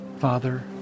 father